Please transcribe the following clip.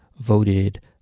voted